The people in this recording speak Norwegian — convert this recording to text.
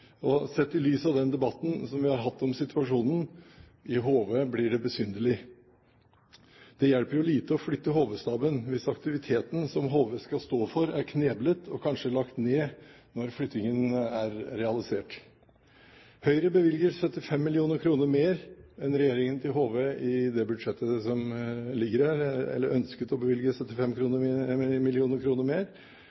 Sett i lys av den debatten som vi har hatt om situasjonen i HV, blir det besynderlig. Det hjelper jo lite å flytte HV-staben hvis aktiviteten som HV skal stå for, er kneblet og kanskje lagt ned når flyttingen er realisert. Høyre ønsker å bevilge 75 mill. kr mer enn det som ligger i regjeringens budsjett. I perioden 2009–2011 har vi totalt sett ønsket å bevilge